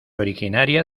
originaria